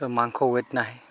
মাংসৰ ৱেট নাহে